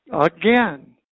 Again